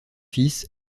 fils